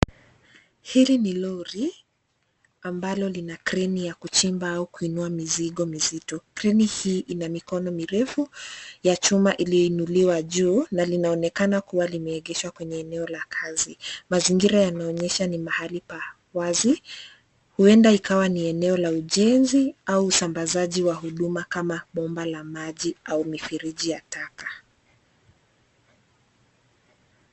Hili ni lori, ambalo lina kreni ya kuchimba au kuinua mizigo mizito. Kreni hii ina mikono mirefu, ya chuma iliyoinuliwa juu, na linaonekana kuwa limeegeshwa kwenye eneo la kazi. Mazingira yanaonyesha ni mahali pa wazi. Huenda ikawa ni eneo la ujenzi, au usambazaji wa huduma kama bomba la maji au mifereji ya taka.